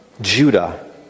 Judah